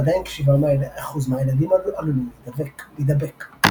עדיין כ-7% מהילדים עלולים להידבק.